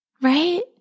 Right